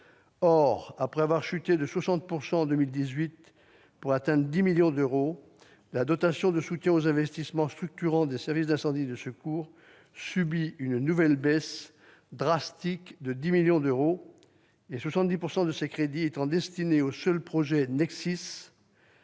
Or, après avoir chuté de 60 % en 2018, pour atteindre 10 millions d'euros, la dotation de soutien aux investissements structurants des services d'incendie et de secours subit une nouvelle baisse drastique de 10 millions d'euros. De surcroît, 70 % de ces crédits étant destinés au seul projet NexSIS,